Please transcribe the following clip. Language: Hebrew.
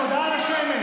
תודה על השמן.